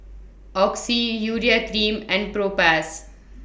Oxy Urea Cream and Propass